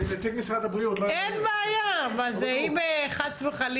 איתן יודע איפה לקחתי אותו.